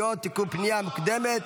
(תיקון, פנייה מוקדמת),